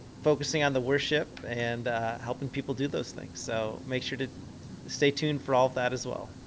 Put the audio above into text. focusing on the worship and helping people do those things. so make sure to stay tuned for all of that as well.